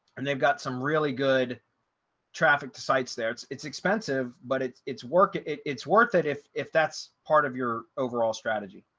and they've got some really good traffic to sites there. it's it's expensive, but it's it's worth it. it's worth it if if that's part of your overall strategy.